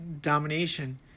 domination